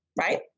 right